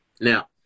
Now